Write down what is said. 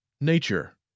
Nature